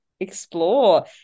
explore